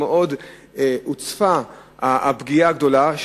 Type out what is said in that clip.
והוצפה הפגיעה הגדולה,